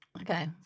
Okay